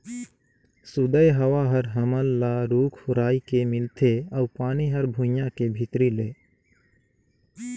सुदय हवा हर हमन ल रूख राई के मिलथे अउ पानी हर भुइयां के भीतरी ले